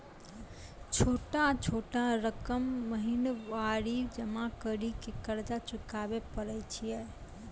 छोटा छोटा रकम महीनवारी जमा करि के कर्जा चुकाबै परए छियै?